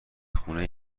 خونه